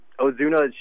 Ozuna